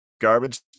garbage